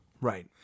Right